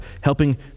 helping